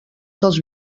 dels